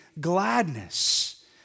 gladness